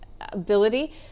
Ability